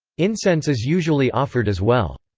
incense is usually offered as well.